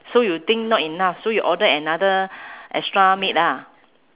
so you think not enough so you order another extra meat ah